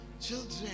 children